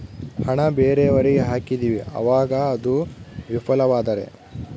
ಹಣ ಬೇರೆಯವರಿಗೆ ಹಾಕಿದಿವಿ ಅವಾಗ ಅದು ವಿಫಲವಾದರೆ?